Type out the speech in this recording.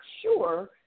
sure